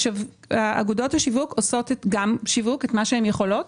אגודות השיווק עושות שיווק, את מה שהן יכולות,